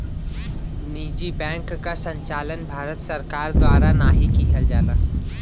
निजी बैंक क संचालन भारत सरकार द्वारा नाहीं किहल जाला